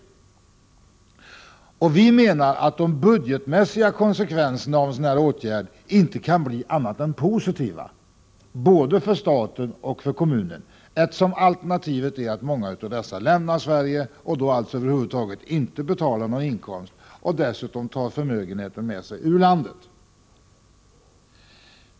Vi menar att de budgetmässiga konsekvenserna av en sådan åtgärd inte kan bli annat än positiva, både för staten och för kommunen. Alternativet är att många av dessa inkomsttagare lämnar Sverige och då alltså över huvud taget inte betalar någon inkomstskatt och dessutom tar förmögenheten med sig ur landet.